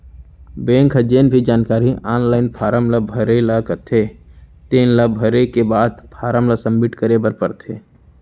bank ह जेन भी जानकारी आनलाइन फारम ल भरे ल कथे तेन ल भरे के बाद फारम ल सबमिट करे बर परथे